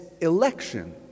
election